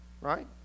right